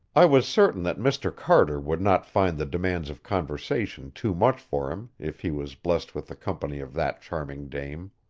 i was certain that mr. carter would not find the demands of conversation too much for him if he was blest with the company of that charming dame.